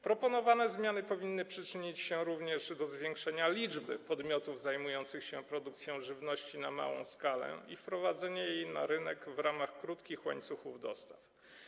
Proponowane zmiany powinny przyczynić się również do zwiększenia liczby podmiotów zajmujących się produkcją żywności na małą skalę i wprowadzeniem jej na rynek w ramach krótkich łańcuchów dostaw.